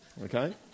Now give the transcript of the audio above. okay